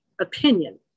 opinion